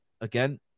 again